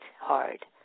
hard